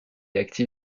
actif